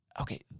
okay